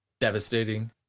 devastating